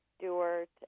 Stewart